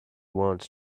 wants